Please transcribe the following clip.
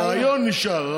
הרעיון נשאר.